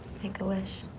make a wish.